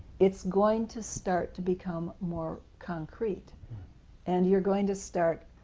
it's going to start to become more concrete and you're going to start